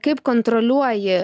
kaip kontroliuoji